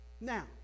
now